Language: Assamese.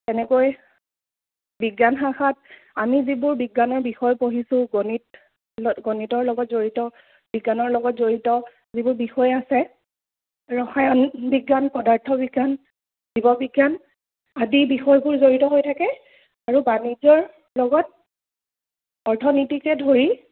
তেনেকৈ বিজ্ঞান শাখাত আমি যিবোৰ বিজ্ঞানৰ বিষয় পঢ়িছোঁ গণিত গণিতৰ লগত জড়িত বিজ্ঞানৰ লগত জড়িত যিবোৰ বিষয় আছে ৰসায়ন বিজ্ঞান পদাৰ্থ বিজ্ঞান জীৱ বিজ্ঞান আদি বিষয়বোৰ জড়িত হৈ থাকে আৰু বাণিজ্যৰ লগত অৰ্থনীতিকে ধৰি